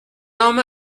نام